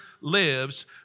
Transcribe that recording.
lives